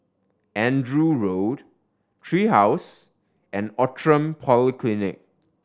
Andrew Road Tree House and Outram Polyclinic